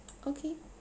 okay